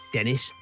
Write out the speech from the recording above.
Dennis